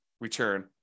return